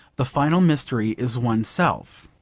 the final mystery is oneself.